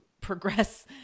progress